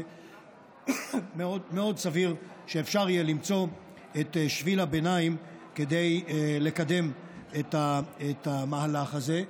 ומאוד סביר שאפשר יהיה למצוא את שביל הביניים כדי לקדם את המהלך הזה.